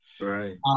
right